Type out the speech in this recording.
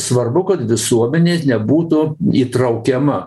svarbu kad visuomenė nebūtų įtraukiama